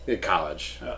college